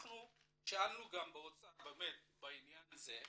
אנחנו שאלנו את האוצר באמת לעניין זה,